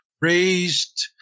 raised